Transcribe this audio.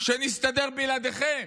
"נסתדר בלעדיכם".